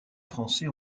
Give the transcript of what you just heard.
français